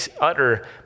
utter